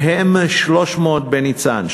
מהן 300 בניצן,